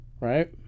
right